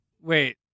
Wait